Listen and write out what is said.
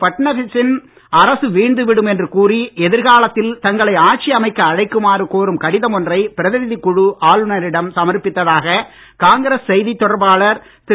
பட்னவிஸ் சின் அரசு வீழ்ந்து விடும் என்று கூறி எதிர்காலத்தில் தங்களை ஆட்சி அமைக்க அழைக்குமாறு கோரும் கடிதம் ஒன்றை பிரதிநிதிக் குழு ஆளுனரிடம் சமர்ப்பித்ததாக காங்கிரஸ் செய்தித் தொடர்பாளர் திரு